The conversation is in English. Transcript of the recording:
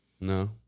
No